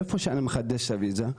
איפה שאני מחדש את הוויזה,